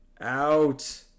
Out